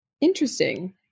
Interesting